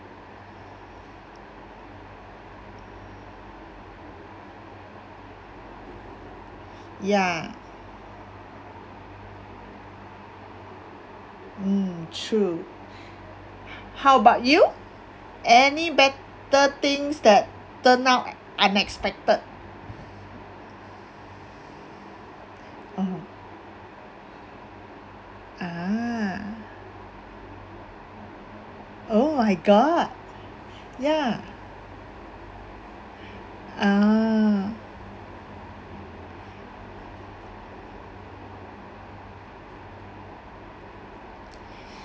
ya mm true how about you any better things that turn out unexpected (uh huh) ah oh my god ya ah